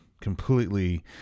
completely